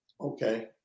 Okay